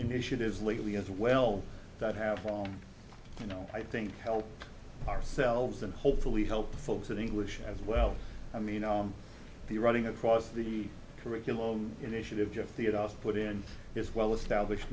initiatives lately as well that have gone you know i think help ourselves and hopefully help the folks in english as well i mean the writing across the curriculum initiative just the it off put in is well established